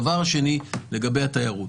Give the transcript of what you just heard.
דבר שני, לגבי התיירות.